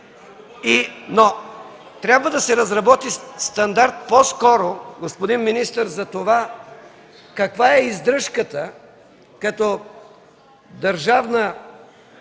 Трябва да се разработи стандарт по-скоро, господин министър, за това каква е издръжката като делегирана